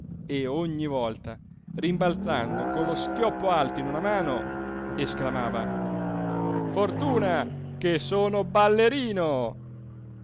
e ogni volta rimbalzando con lo schioppo alto in una mano esclamava fortuna che sono ballerino